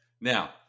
Now